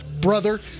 brother